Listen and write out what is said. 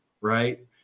right